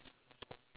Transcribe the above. you wanna ask